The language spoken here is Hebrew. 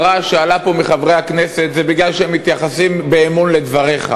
שהרעש שעלה פה מחברי הכנסת זה מפני שהם מתייחסים באמון לדבריך.